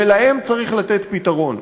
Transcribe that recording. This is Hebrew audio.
ולהם צריך לתת פתרון.